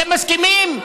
אתם מסכימים?